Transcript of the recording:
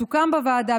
סוכם בוועדה,